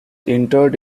interred